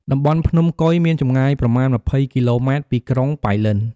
តំបន់ភ្នំកុយមានចម្ងាយប្រមាណ ២០ គីឡូ ម៉ែត្រ ពីក្រុងប៉ៃលិន។